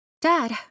Dad